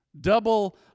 Double